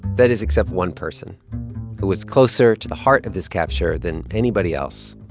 that is, except one person who was closer to the heart of this capture than anybody else.